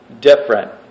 different